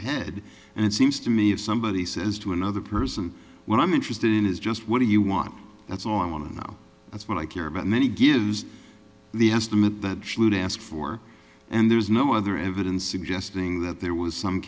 head and it seems to me if somebody says to another person what i'm interested in is just what do you want that's all i want to know that's what i care about many gives the estimate that she would ask for and there's no other evidence suggesting that there was some